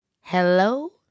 Hello